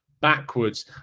backwards